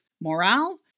morale